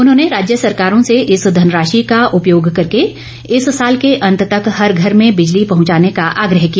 उन्होंने राज्य सरकारों से इस धनराशि का उपयोग करके इस साल के अंत तक हर घर में बिजली पहंचाने का आग्रह किया